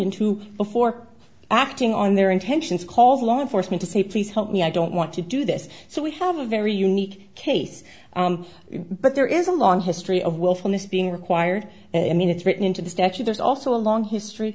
into before acting on their intentions call the law enforcement to say please help me i don't want to do this so we have a very unique case but there is a long history of willfulness being required and i mean it's written into the statute there's also a long history